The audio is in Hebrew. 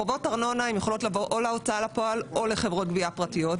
חובות ארנונה יכולות לבוא או להוצאה לפועל או לחברות גבייה פרטיות.